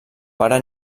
pare